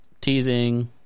teasing